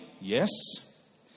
Yes